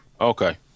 Okay